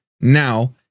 now